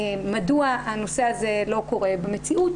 מדוע הנושא הזה לא קורה במציאות,